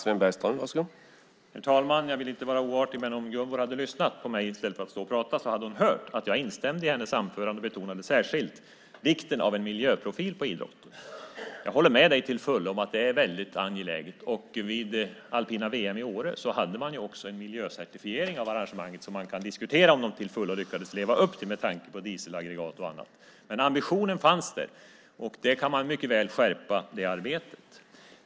Herr talman! Jag vill inte vara oartig, men om Gunvor hade lyssnat på mig i stället för att stå och prata hade hon hört att jag instämde i hennes anförande och att jag särskilt betonade vikten av en miljöprofil på idrotten. Jag håller till fullo med dig om att det är mycket angeläget. Vid alpina VM i Åre hade man en miljöcertifiering av arrangemanget som man i och för sig kan diskutera om de till fullo lyckades leva upp till med tanke på dieselaggregat och annat. Ambitionen fanns där, men det arbetet kan man mycket väl skärpa.